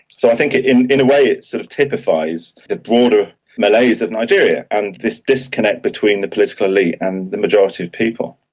so i think in in a way it sort of typifies the broader malaise of nigeria, and this disconnect between the political elite and the majority of people.